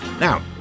now